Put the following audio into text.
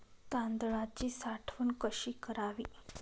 तांदळाची साठवण कशी करावी?